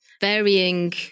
varying